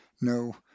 no